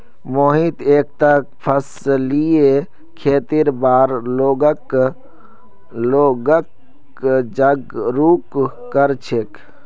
मोहित एकता फसलीय खेतीर बार लोगक जागरूक कर छेक